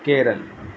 Kerala